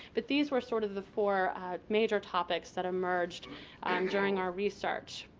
but these were sort of the four major topics that emerged um during our research.